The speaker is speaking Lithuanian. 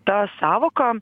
ta sąvoka